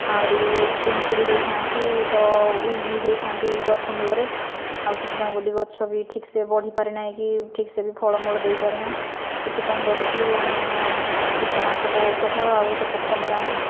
ଆହୁରି ଯେଉଁ ପିମ୍ପୁଡ଼ି ହୋଇଥାନ୍ତି ତ ଉଈ ବି ହୋଇଥାନ୍ତି ଗଛ ମୂଳରେ ଆଉ ସେଥିପାଇଁ ବୋଲି ଗଛ ବି ଠିକ୍ସେ ବଢ଼ିପାରେ ନାହିଁକି ଠିକ୍ସେ ବି ଫଳମୂଳ ଦେଇପାରେ ନାହିଁ ସେଥିପାଇଁ ବୋଲିକି ଆମେ ମାନେ କୀଟନାଶକ ଔଷଧ ଆଉ ସେ ପୋକମରା